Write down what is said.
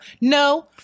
No